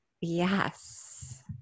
Yes